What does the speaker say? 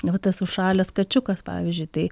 vat tas užšalęs kačiukas pavyzdžiui tai